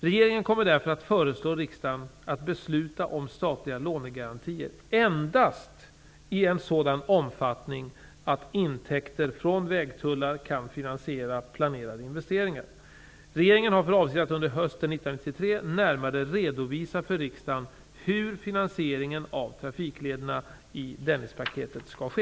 Regeringen kommer därför att föreslå riksdagen att besluta om statliga lånegarantier endast i en sådan omfattning att intäkter från vägtullar kan finansiera planerade investeringar. Regeringen har för avsikt att under hösten 1993 närmare redovisa för riksdagen hur finansieringen av trafiklederna i Dennispaketet skall ske.